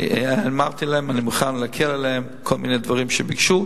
אמרתי להם שאני מוכן להקל עליהם בכל מיני דברים שביקשו,